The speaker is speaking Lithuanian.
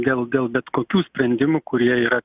dėl dėl bet kokių sprendimų kurie yra